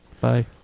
Bye